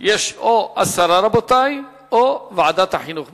יש או הסרה או ועדת החינוך.